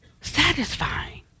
satisfying